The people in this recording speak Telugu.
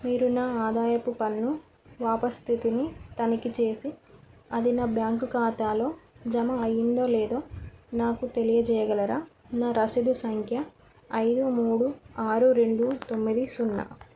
మీరు నా ఆదాయపు పన్ను వాపసు స్థితిని తనిఖీ చేసి అది నా బ్యాంకు ఖాతాలో జమ అయ్యిందో లేదో నాకు తెలియజేయగలరా నా రసీదు సంఖ్య ఐదు మూడు ఆరు రెండు తొమ్మిది సున్నా